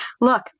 Look